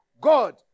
God